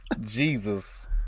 Jesus